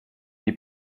die